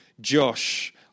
Josh